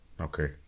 Okay